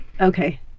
Okay